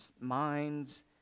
minds